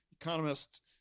economist